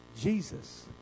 Jesus